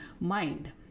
mind